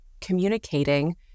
communicating